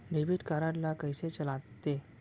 Debit card ला कइसे चलाते?